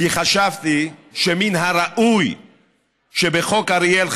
כי חשבתי שמן הראוי שבחוק אריאל,